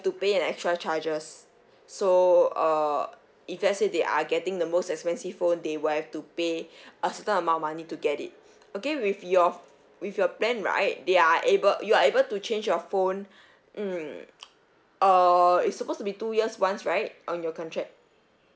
to pay an extra charges so err if let's say they are getting the most expensive phone they will have to pay a certain amount of money to get it okay with your with your plan right they are able you are able to change your phone mm err is supposed to be two years once right on your contract